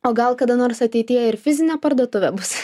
o gal kada nors ateityje ir fizinė parduotuvė bus